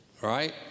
right